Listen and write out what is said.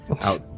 out